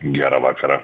gerą vakarą